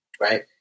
Right